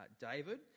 David